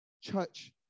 church